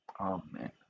amen